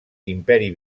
imperi